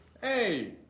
hey